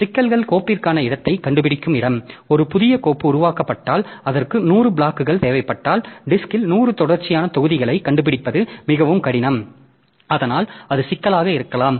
சிக்கல்கள் கோப்பிற்கான இடத்தைக் கண்டுபிடிக்கும் இடம் ஒரு புதிய கோப்பு உருவாக்கப்பட்டால் அதற்கு 100 பிளாக்கள் தேவைப்பட்டால் டிஸ்க்ல் 100 தொடர்ச்சியான தொகுதிகளைக் கண்டுபிடிப்பது மிகவும் கடினம் அதனால் அது சிக்கலாக இருக்கலாம்